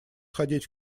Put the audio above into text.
сходить